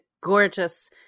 gorgeous